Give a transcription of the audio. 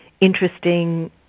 interesting